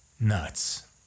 nuts